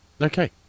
Okay